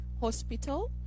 hospital